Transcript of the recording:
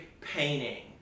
painting